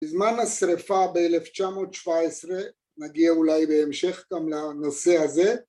בזמן השרפה ב1917, נגיע אולי בהמשך גם לנושא הזה